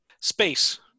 Space